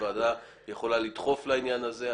הוועדה יכולה לדחוף לעניין הזה.